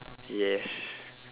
yes